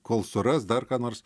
kol suras dar ką nors